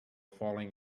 falling